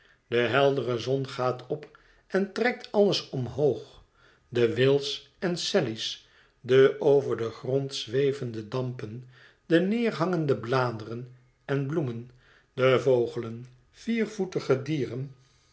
de heldere zon gaat op en trekt alles omhoog de will's en sally's de over den grond zwevende dampen de neerhangende bladeren en bloemen de vogelen viervoetige dieren